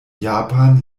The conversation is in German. japan